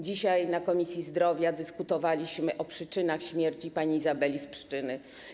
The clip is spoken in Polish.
Dzisiaj na posiedzeniu Komisji Zdrowia dyskutowaliśmy o przyczynach śmierci pani Izabeli z Pszczyny.